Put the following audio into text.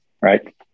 Right